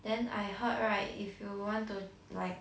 then I heard right if you want to like